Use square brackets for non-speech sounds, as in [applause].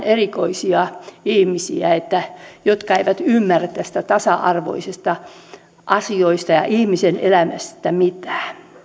[unintelligible] erikoisia ihmisiä jotka eivät ymmärrä näistä tasa arvoisista asioista ja ihmisen elämästä mitään